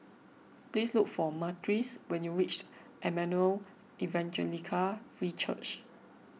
please look for Myrtis when you reach Emmanuel Evangelical Free Church